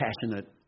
passionate